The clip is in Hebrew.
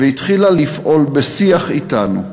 והתחילה לפעול בשיח אתנו,